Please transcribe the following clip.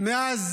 מאז